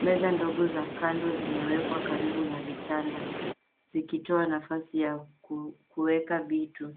Meza ndogo za kando zimewekwa karibu na vitanda zikitoa nafasi ya kuweka vitu.